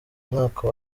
mwaka